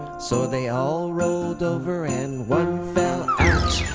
so they all rolled over and one fell out.